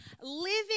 living